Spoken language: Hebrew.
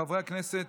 של חברי הכנסת